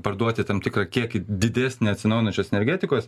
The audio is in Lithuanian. parduoti tam tikrą kiekį didesnę atsinaujinančios energetikos